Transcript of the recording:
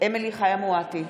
אמילי חיה מואטי,